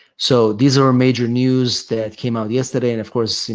so, these are major news that came out yesterday. and of course,